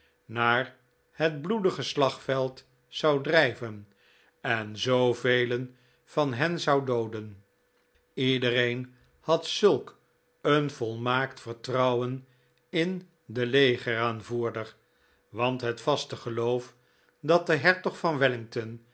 naar het bloedige slagveld zou drijven en zoo velen van hen zou dooden iedereen had zulk een volmaakt vertrouwen in den legeraanvoerder want het vaste geloof dat de hertog van